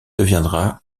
deviendra